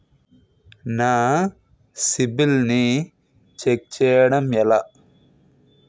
నా సిబిఐఎల్ ని ఛెక్ చేయడం ఎలా?